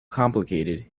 complicated